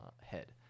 head